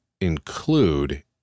include